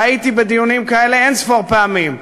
והייתי בדיונים כאלה אין-ספור פעמים,